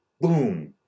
Boom